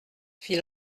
fit